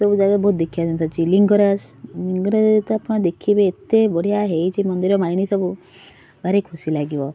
ଏସବୁ ଜାଗା ବହୁତ ଦେଖିବା ଜିନିଷ ଅଛି ଲିଙ୍ଗରାଜ ଲିଙ୍ଗରାଜରେ ଯଦି ଆପଣ ଦେଖିବେ ଏତେ ବଢ଼ିଆ ହେଇଛି ମନ୍ଦିରମାଳିନୀ ସବୁ ଭାରି ଖୁସି ଲାଗିବ